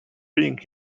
being